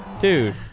Dude